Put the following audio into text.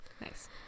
nice